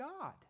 God